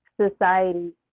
society